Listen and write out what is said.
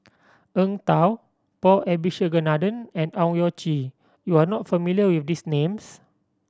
Eng Tow Paul Abisheganaden and Owyang Chi you are not familiar with these names